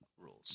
rules